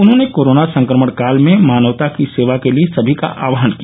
उन्होंने कोरोना संक्रमण काल में मानवता की सेवा के लिए सभी का आह्वान किया